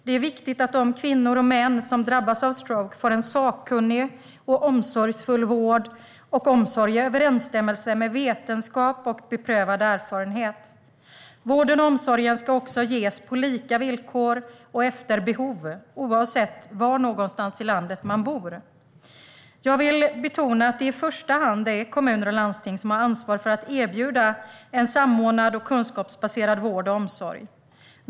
Det är viktigt att de kvinnor och män som drabbats av stroke får en sakkunnig och omsorgsfull vård och omsorg i överensstämmelse med vetenskap och beprövad erfarenhet. Vården och omsorgen ska också ges på lika villkor och efter behov, oavsett var någonstans i landet man bor. Jag vill betona att det i första hand är kommuner och landsting som har ansvar för att erbjuda en samordnad och kunskapsbaserad vård och omsorg.